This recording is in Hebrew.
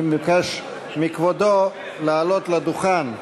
אני מבקש מכבודו לעלות לדוכן,